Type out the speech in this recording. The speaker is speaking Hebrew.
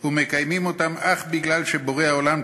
ומקיימים אותן אך בגלל שבורא העולם ציווה,